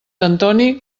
antoni